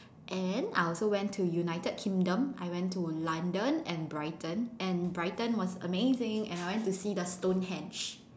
and I also went to United Kingdom I went to London and Brighton and Brighton was amazing and I went to see the Stonehenge